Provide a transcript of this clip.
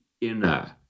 inner